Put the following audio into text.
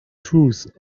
truth